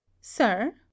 Sir